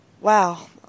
Wow